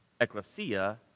ecclesia